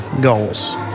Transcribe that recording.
goals